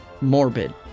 morbid